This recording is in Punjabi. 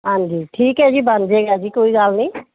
ਹਾਂਜੀ ਠੀਕ ਹੈ ਜੀ ਬਣ ਜਾਏਗਾ ਜੀ ਕੋਈ ਗੱਲ ਨਹੀਂ